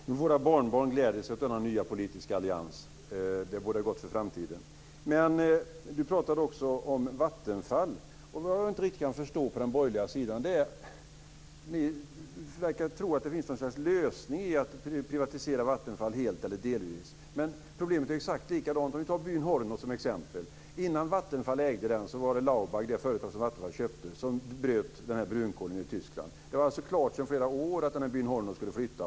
Fru talman! Våra barnbarn gläder sig åt denna nya politiska allians. Det bådar gott för framtiden. Inger Strömbom talade också om Vattenfall. Vad jag inte riktigt kan förstå på den borgerliga sidan är att ni verkar tro att det finns något slags lösning i att privatisera Vattenfall helt eller delvis. Problemet förblir exakt likadant. Låt oss ta byn Horno som exempel. Innan Vattenfall blev ägare var det ett Laubagägt företag som bröt brunkol i Tyskland och som Vattenfall köpte. Det var klart sedan flera år att byn Horno skulle flytta.